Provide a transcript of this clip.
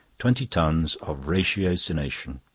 twenty tons of ratiocination.